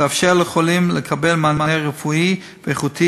שתאפשר לחולים לקבל מענה רפואי ואיכותי